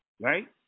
right